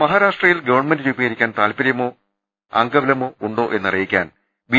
മഹാരാഷ്ട്രയിൽ ഗവൺമെന്റ് രൂപീകരിക്കാൻ താൽപ്പര്യമോ അംഗബലമോ ഉണ്ടോ എന്നറിയിക്കാൻ ബി